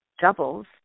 doubles